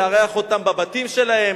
אלא לארח אותם בבתים שלהם,